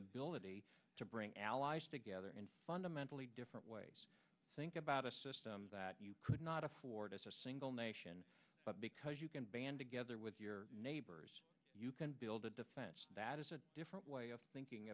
ability to bring allies together in fundamentally different ways think about a system that you could not afford as a single nation because you can band together with your neighbors you can build a defense that is a different way of thinking